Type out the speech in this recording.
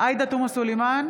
עאידה תומא סלימאן,